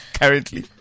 currently